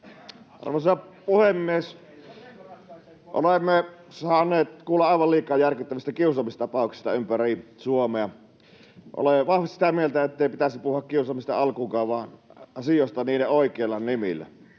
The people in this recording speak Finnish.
Arvoisa puhemies! Olemme saaneet kuulla aivan liikaa järkyttävistä kiusaamistapauksista ympäri Suomea. Olen vahvasti sitä mieltä, ettei pitäisi puhua kiusaamisesta alkuunkaan vaan asioista niiden oikeilla nimillä.